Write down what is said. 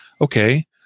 Okay